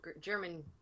German